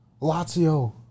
Lazio